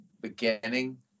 beginning